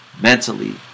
mentally